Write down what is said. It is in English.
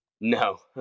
No